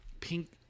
Pink